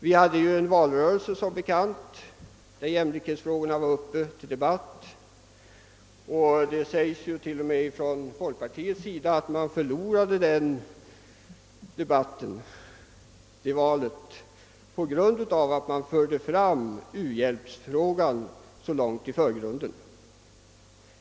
Jämlikhetsfrågorna togs som bekant upp i valrörelsen, och folkpartister säger ju själva att partiet förlorade det valet på grund av att u-hjälpsfrågan i så hög grad fick komma i förgrunden.